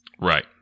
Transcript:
Right